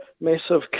massive